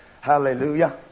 Hallelujah